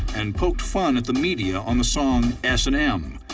and poked fun at the media on the song s and m,